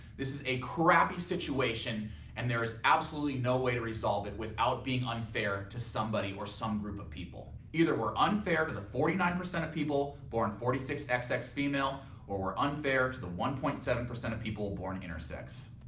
this is a crappy situation and there is absolutely no way to resolve it without being unfair to somebody or some group of people. either we're unfair to the forty nine percent of people born forty six xx xx female or we're unfair to the one point seven percent of people born intersex.